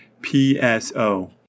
PSO